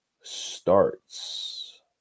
starts